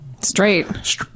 straight